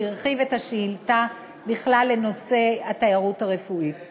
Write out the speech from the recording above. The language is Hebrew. שהרחיב את השאילתה לנושא התיירות הרפואית בכלל,